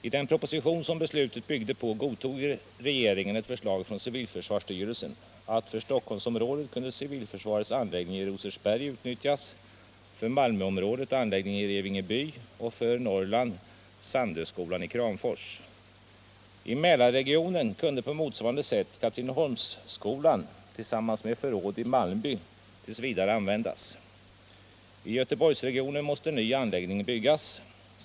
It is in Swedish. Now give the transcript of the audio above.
I den proposition som beslutet byggde på godtog regeringen ett förslag från civilförsvarsstyrelsen att för Stockholmsområdet kunde civilförsvarets anläggning i Rosersberg utnyttjas, för Malmöområdet anläggningen i Revingeby och för Norrland Sandöskolan i Kramfors. I Mälarregionen kunde på motsvarande sätt Katrineholmsskolan tillsammans med förråd i Malmby t. v. användas. I Göteborgsregionen måste en ny anläggning byggas.